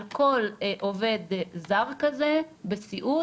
על כל עובד זר כזה בסיעוד,